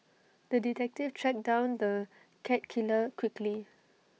the detective tracked down the cat killer quickly